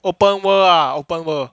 open world ah open world